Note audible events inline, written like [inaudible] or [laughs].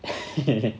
[laughs]